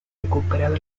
recuperado